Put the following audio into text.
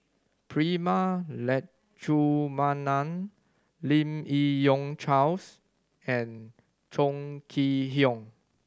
Prema Letchumanan Lim Yi Yong Charles and Chong Kee Hiong